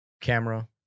Camera